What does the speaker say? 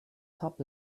top